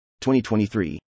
2023